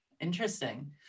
Interesting